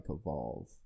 evolve